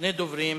שני דוברים: